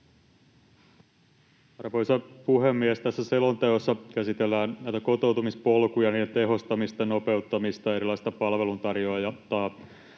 Arvoisa puhemies! Tässä selonteossa käsitellään näitä kotoutumispolkuja, niiden tehostamista, nopeuttamista, erilaista palveluntarjontaa.